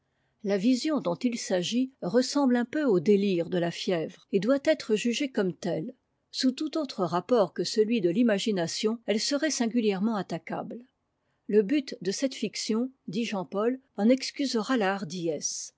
la vision dont il s'agit ressemble un peu au délire de la fièvre et doit être jugée comme telle sous tout autre rapport que celui de l'imagination elle serait singulièrement attaquable le but de cette fiction dit jean paul en excusera